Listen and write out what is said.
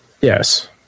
Yes